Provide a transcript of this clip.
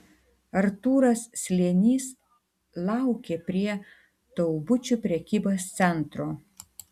artūras slėnys laukė prie taubučių prekybos centro